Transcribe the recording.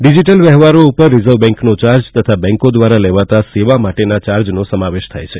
digital વ્યવહારો ઉપર reserve બેંકનો ચાર્જ તથા બેંકો દ્વારા લેવાતા સેવા માટેના ચાર્જનો સમાવેશ થાય છે